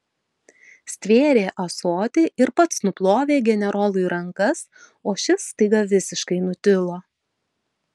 stvėrė ąsotį ir pats nuplovė generolui rankas o šis staiga visiškai nutilo